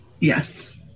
Yes